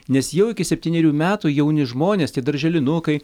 nes jau iki septynerių metų jauni žmonės tie darželinukai